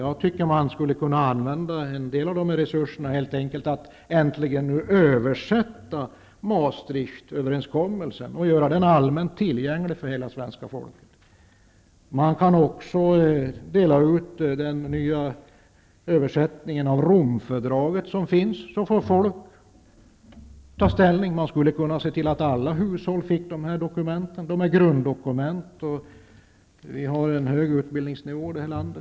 Jag tycker att man skulle kunna använda en del av dessa resurser till att äntligen översätta Maastrichtöverenskommelsen och göra den allmänt tillgänglig för hela svenska folket. Man kan också dela ut den nya översättning av Romfördraget som finns. Då kan folk få ta ställning. Man skulle kunna se till att alla hushåll fick dessa dokument. De är grunddokument. Vi har en hög utbildningsnivå i det här landet.